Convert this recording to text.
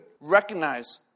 recognize